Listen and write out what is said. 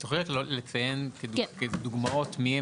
את זוכרת לציין כדוגמאות מי,